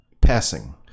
passing